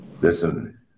Listen